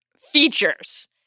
features